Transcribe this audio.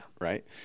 Right